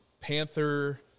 Panther